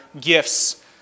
gifts